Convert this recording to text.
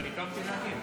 אני קמתי להגיד,